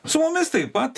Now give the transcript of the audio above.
su mumis taip pat